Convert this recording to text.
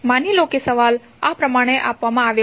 માની લો કે સવાલ આ પ્રમાણે આપવામાં આવ્યો છે